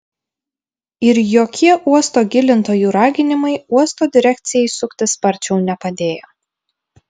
ir jokie uosto gilintojų raginimai uosto direkcijai suktis sparčiau nepadėjo